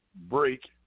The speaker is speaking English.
break